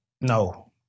No